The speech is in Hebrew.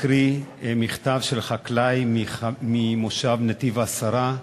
אני מקריא מכתב של חקלאי ממושב נתיב-העשרה.